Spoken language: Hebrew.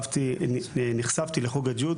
צוהריים טובים, תודה רבה ידידי יושב-ראש הוועדה,